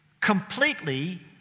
completely